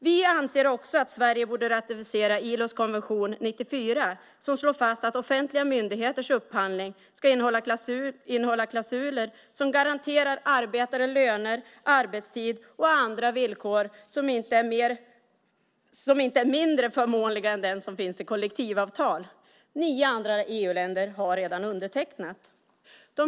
Vi anser också att Sverige borde ratificera ILO:s konvention 94, som slår fast att offentliga myndigheters upphandling ska innehålla klausuler som garanterar arbetare löner, arbetstid och andra villkor som inte är mindre förmånliga än dem som finns i kollektivavtal. Nio andra EU-länder har redan undertecknat den.